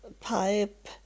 pipe